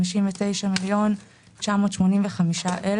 59.985 מיליון שקלים.